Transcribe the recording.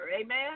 amen